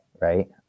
right